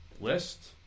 list